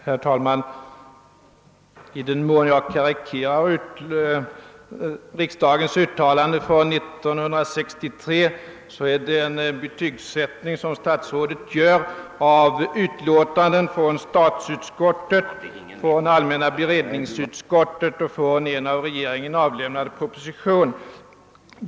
Herr talman! I den mån statsrådet säger att jag karikerat riksdagens uttalande från 1963 så är det ett betyg över uttalanden av statsutskottet och allmänna beredningsutskottet och en av regeringen avlämnad proposition.